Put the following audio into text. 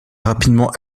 rapidement